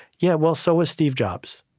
yeah well, so is steve jobs